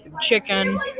chicken